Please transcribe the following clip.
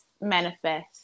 manifest